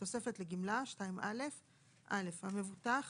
"תוספת לגמלה 2א. (א)מבוטח